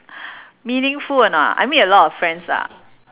meaningful or not I made a lot of friends lah